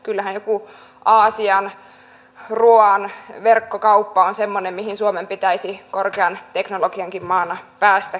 kyllähän joku aasian ruuan verkkokauppa on semmoinen mihin suomen pitäisi korkean teknologiankin maana päästä käsiksi